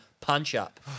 Punch-up